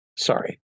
sorry